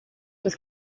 with